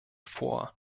vor